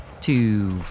two